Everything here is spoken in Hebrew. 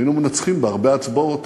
ניצחנו בהרבה הצבעות.